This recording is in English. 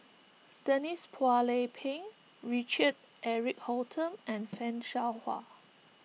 Denise Phua Lay Peng Richard Eric Holttum and Fan Shao Hua